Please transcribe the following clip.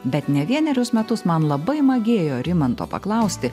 bet ne vienerius metus man labai magėjo rimanto paklausti